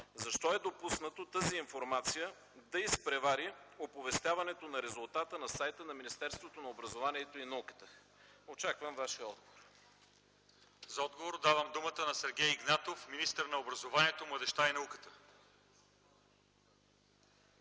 защо е допуснато тази информация да изпревари оповестяването на резултата на сайта на Министерството на образованието, младежта и науката? Очаквам Вашия отговор. ПРЕДСЕДАТЕЛ ЛЪЧЕЗАР ИВАНОВ: За отговор давам думата на Сергей Игнатов – министър на образованието, младежта и науката.